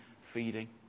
feeding